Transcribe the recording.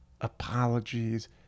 apologies